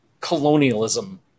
colonialism